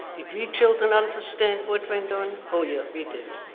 did we children understand what went on? oh yeah, we did.